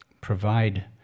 provide